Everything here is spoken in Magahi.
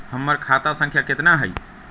हमर खाता संख्या केतना हई?